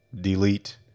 delete